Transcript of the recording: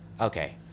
Okay